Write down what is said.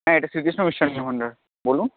হ্যাঁ এটা শ্রীকৃষ্ণ মিষ্টান্ন ভাণ্ডার বলুন